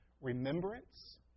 remembrance